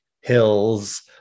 hills